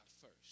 first